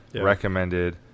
recommended